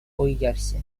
ойярсе